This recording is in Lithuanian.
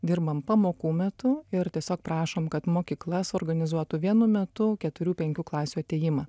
dirbam pamokų metu ir tiesiog prašom kad mokykla suorganizuotų vienu metu keturių penkių klasių atėjimą